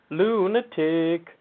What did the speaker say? lunatic